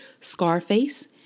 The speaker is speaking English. Scarface